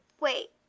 Wait